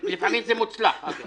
לפעמים זה מוצלח.